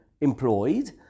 employed